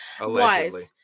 Allegedly